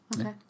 okay